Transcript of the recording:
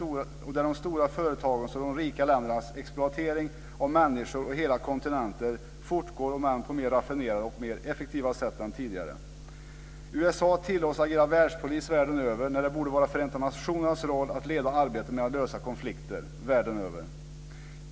Och de stora företagens och de rika ländernas exploatering av människor och hela kontinenter fortgår om än på mer raffinerade och mer effektiva sätt än tidigare. USA tillåts att agera världspolis världen över när det borde vara Förenta nationernas roll att leda arbetet med att lösa konflikter världen över.